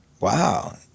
wow